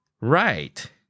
Right